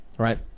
Right